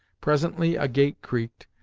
presently a gate creaked,